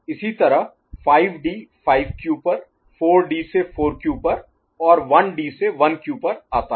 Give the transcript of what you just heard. इसी तरह 5D 5Q पर 4D से 4Q पर और 1D से 1Q पर आता है